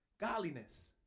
Godliness